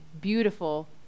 beautiful